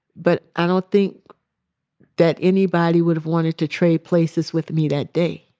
but i don't think that anybody would have wanted to trade places with me that day.